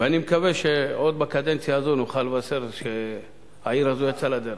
ואני מקווה שעוד בקדנציה הזאת נוכל לבשר שהעיר הזאת יצאה לדרך.